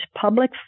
public